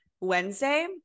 Wednesday